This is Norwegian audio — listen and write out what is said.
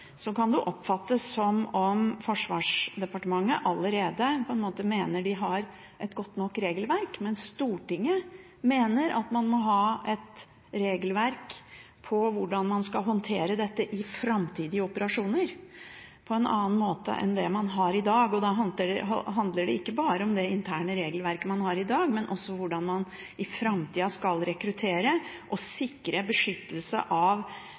det kan oppfattes, kan det oppfattes som om Forsvarsdepartementet allerede mener de har et godt nok regelverk, mens Stortinget mener at man må ha et regelverk på hvordan man skal håndtere dette i framtidige operasjoner på en annen måte enn det man har i dag. Da handler det ikke bare om det interne regelverket man har i dag, men også om hvordan man i framtida skal rekruttere og sikre beskyttelse av